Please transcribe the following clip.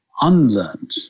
unlearned